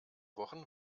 wochen